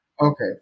Okay